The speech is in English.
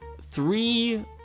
three